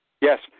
Yes